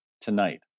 tonight